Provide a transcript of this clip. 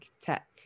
tech